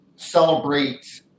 celebrate